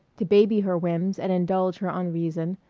to baby her whims and indulge her unreason,